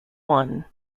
one